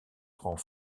rend